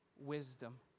wisdom